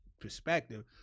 perspective